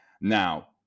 now